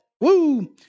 Woo